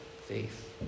faith